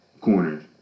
corners